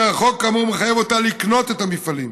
שהחוק האמור מחייב אותה לקנות את המפעלים.